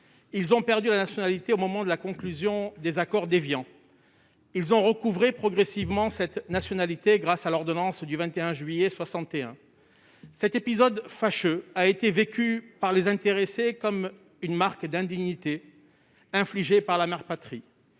Ils ont perdu la nationalité française lors de la conclusion des accords d'Évian, mais l'ont recouvrée progressivement grâce à l'ordonnance du 21 juillet 1962. Cet épisode fâcheux a été vécu par les intéressés comme une marque d'indignité infligée par la mère patrie.